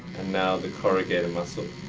and now the corrugator muscle